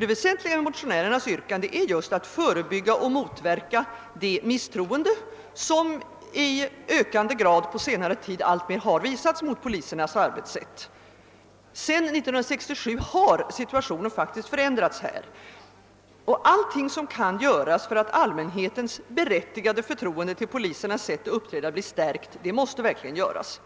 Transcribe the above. det väsentliga med motionärernas yrkande just är att förebygga och motverka det misstroende, som i ökande grad på senare tid ailtmer har visats mot polisernas arbetssätt. Sedan 1967 har situationen faktiskt förändrats härvidlag. Allt som kan göras för att allmänhetens berättigade förtroende till polisernas sätt att uppträda blir stärkt måste verkligen göras.